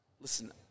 Listen